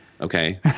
Okay